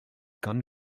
gun